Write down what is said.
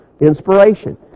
inspiration